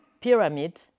pyramid